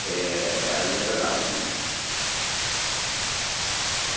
आई जाह्गा कल्ल भी में